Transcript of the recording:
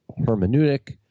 hermeneutic